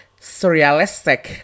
surrealistic